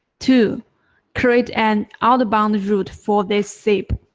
two create an outbound route for this sip.